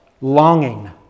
longing